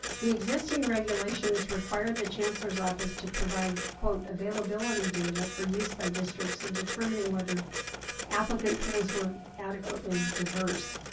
the existing regulations required the chancelloraeur tm s office to provide quote availability data for use by districts in determining whether applicant pools were adequately diverse,